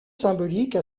symbolique